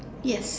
yes